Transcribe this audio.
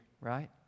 right